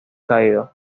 caídos